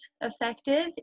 effective